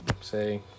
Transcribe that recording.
say